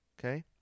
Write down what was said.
okay